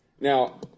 Now